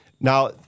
Now